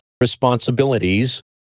responsibilities